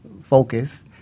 focus